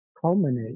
culminate